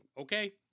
okay